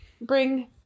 bring